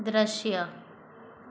दृश्य